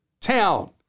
town